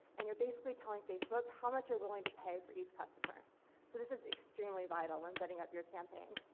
and you're basically telling facebook how much you're willing to pay for each customer, so this is extremely vital when setting up your campaign.